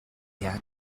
yet